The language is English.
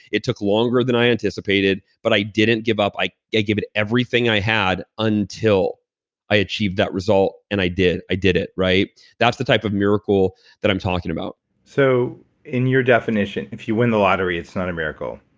it took longer than i anticipated, but i didn't give up. i gave it everything i had until i achieved that result and i did. i did it that's the type of miracle that i'm talking about so in your definition, if you win the lottery, it's not a miracle?